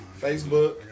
facebook